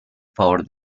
favor